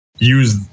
use